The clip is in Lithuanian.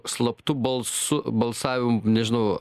slaptu balsu balsavim nežinau